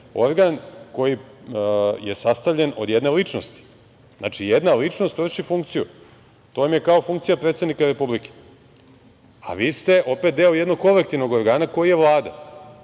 organ koji je sastavljen od jedne ličnosti. Znači, jedna ličnost vrši funkciju. To vam je kao funkcija predsednika Republike, a vi ste opet deo jednog kolektivnog organa koji je Vlada.